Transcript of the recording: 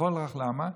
וכל כך למה?